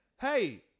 hey